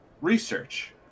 Research